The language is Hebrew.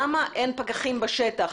למה אין פקחים בשטח?